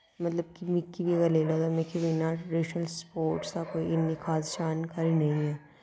मतलब कि मिकी बी अगर लेई लैओ ते मिकी बी इन्ना ट्रैडिशनल स्पोर्टस दी कोई इन्नी खास जानकारी नेईं ऐ